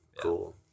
cool